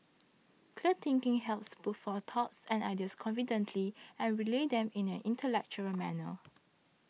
clear thinking helps put forth thoughts and ideas confidently and relay them in an intellectual manner